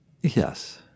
Yes